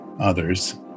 others